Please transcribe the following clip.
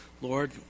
Lord